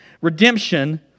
Redemption